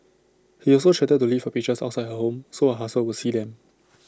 he also threatened to leave her pictures outside her home so her husband would see them